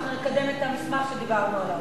אנחנו נקדם את המסמך שדיברנו עליו.